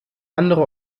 andere